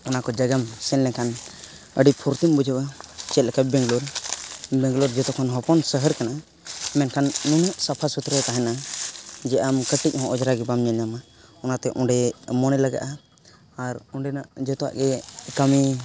ᱚᱱᱟ ᱠᱚ ᱡᱟᱭᱜᱟᱢ ᱥᱮᱱ ᱞᱮᱱᱠᱷᱟᱱ ᱟᱹᱰᱤ ᱯᱷᱩᱨᱛᱤᱢ ᱵᱩᱡᱷᱟᱹᱣᱟ ᱪᱮᱫ ᱞᱮᱠᱟ ᱵᱮᱝᱞᱳᱨ ᱵᱮᱝᱞᱳᱨ ᱡᱚᱛᱚᱠᱷᱚᱱ ᱦᱚᱯᱚᱱ ᱥᱚᱦᱚᱨ ᱠᱟᱱᱟ ᱢᱮᱱᱠᱷᱟᱱ ᱱᱩᱱᱟᱹᱜ ᱥᱟᱯᱷᱟᱼᱥᱩᱛᱨᱚ ᱛᱟᱦᱮᱱᱟ ᱡᱮ ᱟᱢ ᱠᱟᱹᱴᱤᱡ ᱦᱚᱸ ᱚᱡᱽᱨᱟ ᱜᱮ ᱵᱟᱢ ᱧᱮᱞ ᱧᱟᱢᱟ ᱚᱱᱟᱛᱮ ᱚᱸᱰᱮ ᱢᱚᱱᱮ ᱞᱟᱜᱟᱜᱼᱟ ᱟᱨ ᱚᱸᱰᱮᱱᱟᱜ ᱜᱮ ᱡᱚᱛᱚᱣᱟᱜ ᱜᱮ ᱠᱟᱹᱢᱤ